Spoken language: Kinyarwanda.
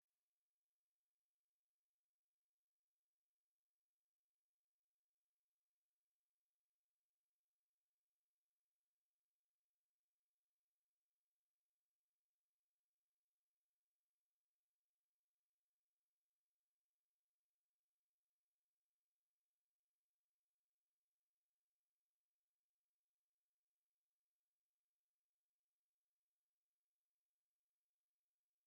Imitako ikozwe mu biti bitandukanye, iyi ikorwa na ba rwiyemezamirimo b'abahanzi. Iyi mitako ikundwa na. ba mukerarugendo, bakunda kuyigura bakayitahana iwabo mu mahanga kugira ngo bagire ikintu bazajya bibukiraho ibihe byiza bagize inaha. Ubusanzwe udutako nk'utu ntabwo tuba duhenze cyane, nawe udushaka watugura ukadushira iwawe.